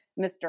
Mr